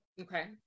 Okay